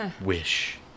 Wish